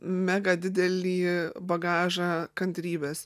mega didelį bagažą kantrybės